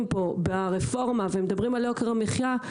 פה ברפורמה ומדברים על יוקר המחייה,